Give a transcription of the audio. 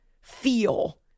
feel